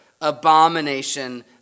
abomination